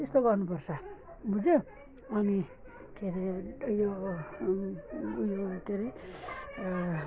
त्यस्तो गर्नु पर्छ बुझ्यो अनि के हरे उयो उयो के हरे